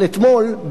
אבל אתמול,